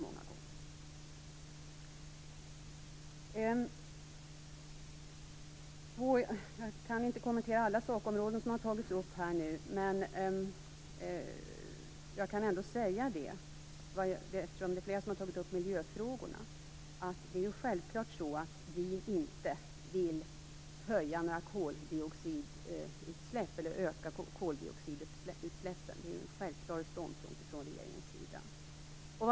Jag kan inte kommentera alla sakområden som har tagits upp här, men eftersom det är flera som har tagit upp miljöfrågorna kan jag säga att det självklart är så att vi inte vill öka koldioxidutsläppen. Det är en självklar ståndpunkt från regeringens sida.